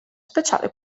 speciale